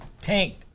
tanked